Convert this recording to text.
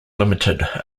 ltd